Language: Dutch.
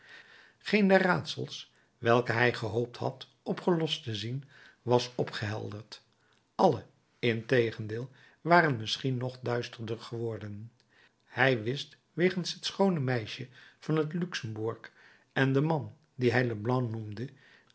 geen der raadsels welke hij gehoopt had opgelost te zien was opgehelderd alle integendeel waren misschien nog duisterder geworden hij wist wegens het schoone meisje van het luxemburg en den man dien hij leblanc noemde